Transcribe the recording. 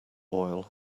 oil